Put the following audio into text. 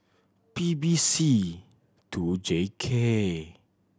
P B C two J K